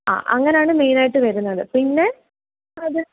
ആ അങ്ങനാണ് മെയ്നായിട്ട് വരുന്നത് പിന്നെ അത്